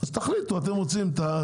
תחליטו אם אתם רוצים ייבוא מקביל.